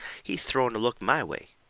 he throwed a look my way.